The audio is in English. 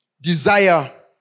Desire